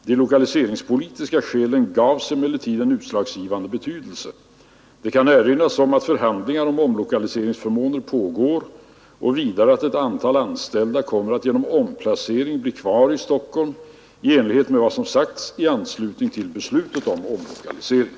De lokaliseringspolitiska skälen gavs emellertid en utslagsgivande betydelse. Det kan erinras om att förhandlingar beträffande omlokaliseringsförmåner pågår och vidare att ett antal anställda kommer att genom omplacering bli kvar i Stockholm i enlighet med vad som sagts i anslutning till beslutet om omlokalisering.